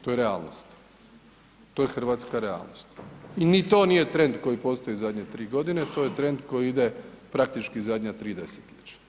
To je realnost, to je hrvatska realnost i ni to nije trend koji postoji zadnje tri godine, to je trend koji ide praktički zadnja tri desetljeća.